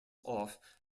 off